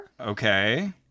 Okay